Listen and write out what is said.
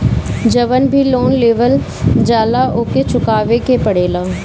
जवन भी लोन लेवल जाला उके चुकावे के पड़ेला